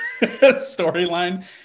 storyline